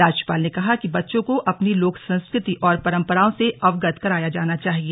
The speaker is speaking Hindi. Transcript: राज्यपाल ने कहा कि बच्चों को अपनी लोक संस्कृति और परंपराओं से अवगत कराया जाना चाहिए